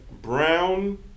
Brown